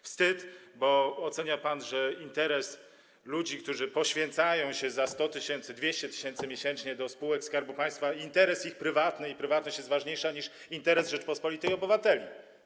Wstyd, bo ocenia pan, że interes ludzi, którzy poświęcają się za 100 tys., 200 tys. miesięcznie w spółkach Skarbu Państwa, interes ich prywatny, i ich prywatność są ważniejsze niż interes Rzeczypospolitej obywateli.